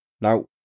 Now